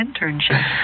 internship